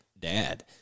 dad